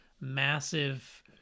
massive